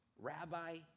Rabbi